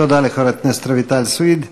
לחברת הכנסת רויטל סויד.